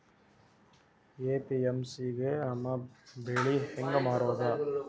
APMC ಗೆ ನಮ್ಮ ಬೆಳಿ ಹೆಂಗ ಮಾರೊದ?